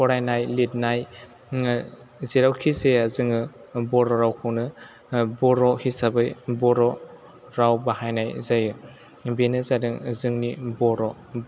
फरायनाय लिरनाय जेरावखि जाया जोङो बर' रावखौनो बर' हिसाबै बर' राव बाहायनाय जायो बेनो जादों जोंनि बर'